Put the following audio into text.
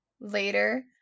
Later